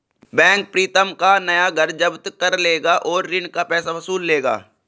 bank Pritam का नया घर जब्त कर लेगा और ऋण का पैसा वसूल लेगा